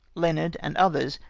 leonard, and others,